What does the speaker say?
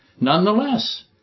nonetheless